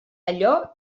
allò